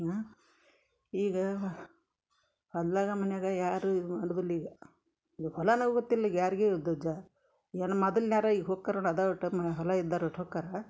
ನಾ ಈಗ ಹೊಲ್ದಾಗ ಮನ್ಯಾಗ ಯಾರು ಇದು ಮಾಡುದಿಲ್ಲ ಈಗ ಈಗ ಹೊಲನ ಗೊತ್ತಿಲ್ಲ ಈಗ ಯಾರಿಗೂ ಉದ್ದಜ ಏನು ಮದಲ್ನ್ಯಾರ ಈಗ ಹೊಕ್ಕಾರರು ಅದ ಟ್ಟು ಮ ಹೊಲ ಇದ್ದರ ಒಟ್ಟು ಹೋಕಾರ